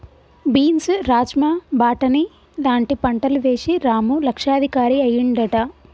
beans rajma బాటని లాంటి పంటలు వేశి రాము లక్షాధికారి అయ్యిండట